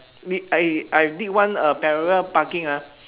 did I I did one uh parallel parking ah